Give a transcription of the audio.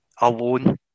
alone